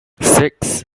six